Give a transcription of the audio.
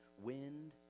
wind